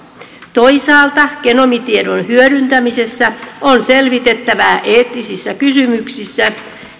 toisaalta genomitiedon hyödyntämisessä on selvitettävää eettisissä kysymyksissä